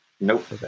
Nope